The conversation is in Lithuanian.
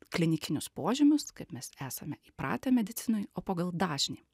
klinikinius požymius kaip mes esame įpratę medicinoj o pagal dažnį